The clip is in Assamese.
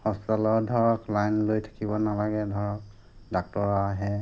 হস্পিতেলত ধৰক লাইন লৈ থাকিব নালাগে ধৰক ডাক্তৰ আহে